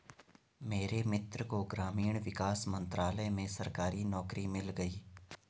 मेरे मित्र को ग्रामीण विकास मंत्रालय में सरकारी नौकरी मिल गई